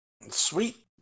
Sweet